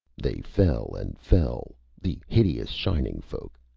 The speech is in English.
they fell and fell, the hideous shining folk,